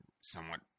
somewhat